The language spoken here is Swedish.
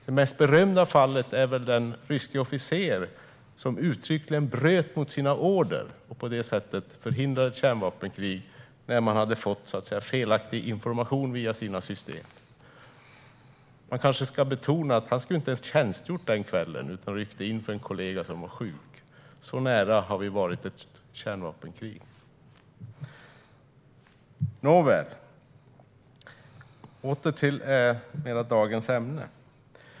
Det mest berömda fallet är nog den ryske officer som uttryckligen bröt mot sina order och på det sättet förhindrade ett kärnvapenkrig när de hade fått felaktig information via sina system. Man kanske ska betona att han inte ens skulle ha tjänstgjort den kvällen utan ryckte in för en kollega som var sjuk. Så nära har vi varit ett kärnvapenkrig. Nåväl, låt mig återgå till dagens ämne.